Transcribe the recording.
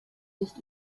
nicht